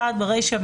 (1)ברישה,